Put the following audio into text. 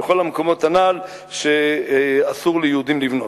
בכל המקומות הנ"ל שבהם אסור ליהודים לבנות,